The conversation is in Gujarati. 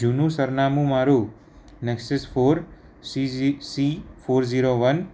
જૂનું સરનામું મારું Nexus four C four zero one